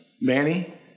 Manny